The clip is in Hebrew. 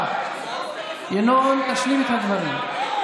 בבקשה, ינון, תשלים את הדברים.